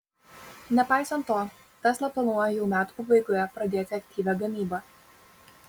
nepaisant to tesla planuoja jau metų pabaigoje pradėti aktyvią gamybą